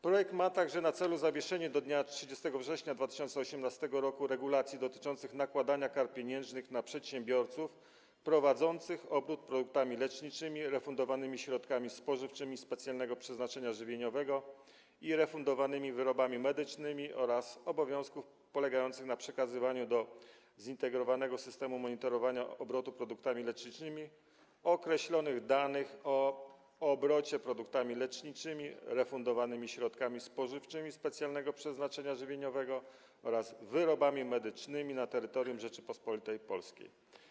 Projekt ma także na celu zawieszenie do dnia 30 września 2018 r. stosowania regulacji dotyczących nakładania kar pieniężnych na przedsiębiorców prowadzących obrót produktami leczniczymi, refundowanymi środkami spożywczymi specjalnego przeznaczenia żywieniowego i refundowanymi wyrobami medycznymi oraz obowiązków polegających na przekazywaniu do Zintegrowanego Systemu Monitorowania Obrotu Produktami Leczniczymi określonych danych o obrocie produktami leczniczymi, refundowanymi środkami spożywczymi specjalnego przeznaczenia żywieniowego oraz wyrobami medycznymi na terytorium Rzeczypospolitej Polskiej.